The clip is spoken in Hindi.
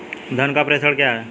धन का प्रेषण क्या है?